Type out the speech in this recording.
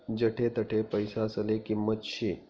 जठे तठे पैसासले किंमत शे